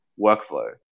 workflow